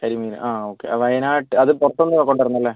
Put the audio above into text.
കരിമീൻ ആ ഓക്കെ വയനാട്ട് അത് പുറത്തുനിന്ന് കൊണ്ടുവരണം അല്ലേ